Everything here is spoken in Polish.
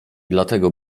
dlatego